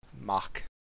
Mock